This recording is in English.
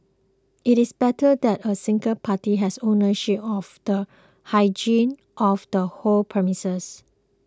it is better that a single party has ownership of the hygiene of the whole premise